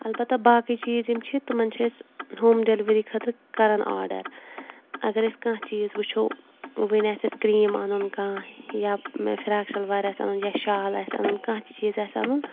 البتہ باقٕے چیٖز یِم چھِ تِمَن چھِ أسۍ ہوم ڈِلؤری خٲطرٕ کَران آرڈَر اگر أسۍ کانٛہہ چیٖز وٕچھو وٕنۍ آسہِ اَسہِ کِرٛیٖم اَنُن کانٛہہ یا فراق شلوار آسہِ اَنُن یا شال آسہِ اَنُن کانٛہہ تہِ چیٖز آسہِ اَنُن